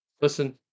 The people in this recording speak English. Listen